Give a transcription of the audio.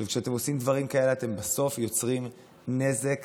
כשאתם עושים דברים כאלה, אתם בסוף יוצרים נזק